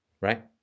right